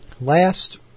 last